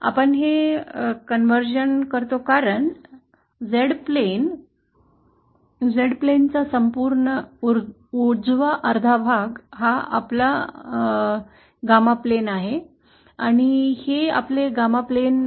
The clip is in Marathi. आपण हे रूपांतरण करतो कारण Z मैदान ाचा संपूर्ण अर्धा भाग हा आपला Z मैदान आहे आणि हे आपले gamma मैदान आहे